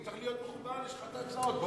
הוא צריך להיות מחובר לאחת ההצעות.